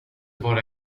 vara